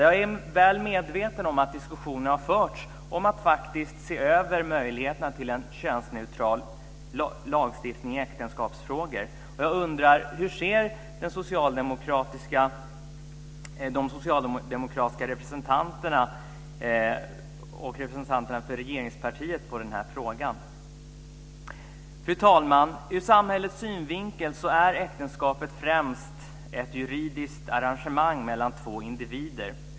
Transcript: Jag är väl medveten om att diskussionen har förts om att se över möjligheterna till en könsneutral lagstiftning i äktenskapsfrågor. Hur ser representanterna för regeringspartiet på den här frågan? Fru talman! Ur samhällets synvinkel är äktenskapet främst ett juridiskt arrangemang mellan två individer.